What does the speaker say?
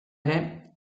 ere